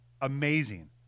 amazing